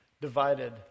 divided